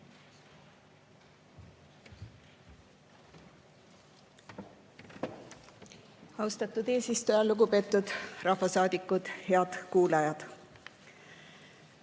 Austatud eesistuja! Lugupeetud rahvasaadikud! Head kuulajad!